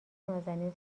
نازنین